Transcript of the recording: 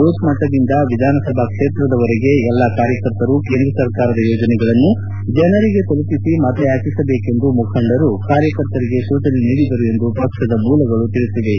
ಬೂತ್ಪಟ್ಟದಿಂದ ವಿಧಾನಸಭಾ ಕ್ಷೇತ್ರದವರೆಗೆ ಎಲ್ಲಾ ಕಾರ್ಯಕರ್ತರು ಕೇಂದ್ರ ಸರ್ಕಾರದ ಯೋಜನೆಗಳನ್ನು ಜನರಿಗೆ ತಲುಪಿಸಿ ಮತಯಾಚಿಸಬೇಕೆಂದು ಮುಖಂಡರು ಕಾರ್ಯಕರ್ತರಿಗೆ ಸೂಚನೆ ನೀಡಿದರು ಎಂದು ಪಕ್ಷದ ಮೂಲಗಳು ತಿಳಿಸಿವೆ